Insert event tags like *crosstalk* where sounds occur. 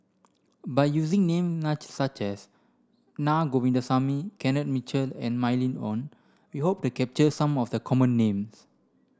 by using name *unintelligible* such as Na Govindasamy Kenneth Mitchell and Mylene Ong we hope to capture some of the common names